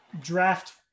draft